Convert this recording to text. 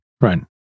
right